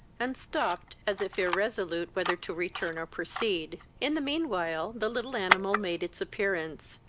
and stopped, as if irresolute whether to return or proceed. in the mean while, the little animal made its appearance,